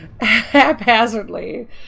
haphazardly